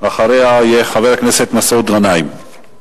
ואחריה יהיה חבר הכנסת מסעוד גנאים.